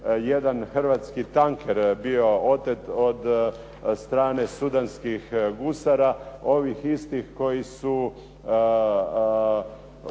jedan hrvatski tanker bio otet od strane sudanskih gusara ovih istih koji su